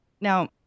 now